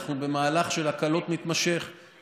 אנחנו במהלך מתמשך של הקלות,